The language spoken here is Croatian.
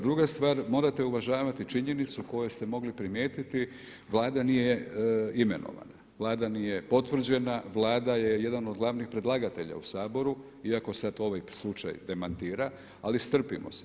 Druga stvar, morate uvažavati činjenicu koju ste mogli primijetiti, Vlada nije imenovana, Vlada nije potvrđena, Vlada je jedan od glavnih predlagatelja u Saboru iako sad ovaj slučaj demantira, ali strpimo se.